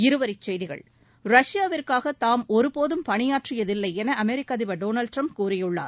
இருவரி செய்திகள் ரஷ்யாவிற்காக தாம் ஒருபோதும் பணியாற்றியதில்லை என அமெரிக்க அதிபர் டொனால்ட் ட்ரம்ப் கூறியுள்ளார்